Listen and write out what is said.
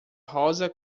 rosa